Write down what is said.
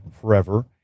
forever